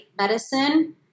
medicine